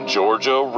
Georgia